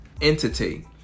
entity